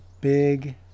big